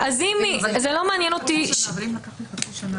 שוב